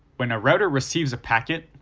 when a router receives a packet,